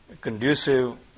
conducive